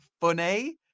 funny